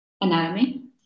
anatomy